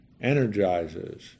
energizes